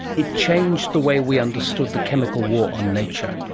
it changed the way we understood the chemical war on nature.